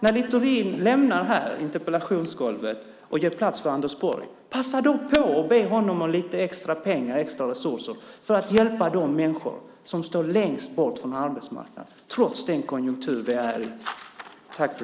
När Littorin lämnar interpellationsgolvet och ger plats för Anders Borg, passa då på att be honom om lite extra pengar och extra resurser för att hjälpa de människor som står längst bort från arbetsmarknaden trots den konjunktur vi är i.